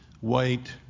white